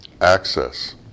access